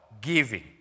Giving